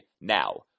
now